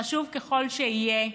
חשוב ככל שיהיה,